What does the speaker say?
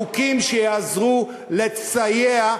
חוקים שיעזרו לסייע,